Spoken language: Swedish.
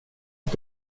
att